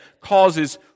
causes